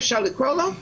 כפי שאפשר לקרוא לו,